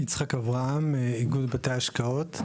יצחק אברהם, איגוד בתי ההשקעות.